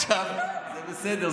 זה בסדר,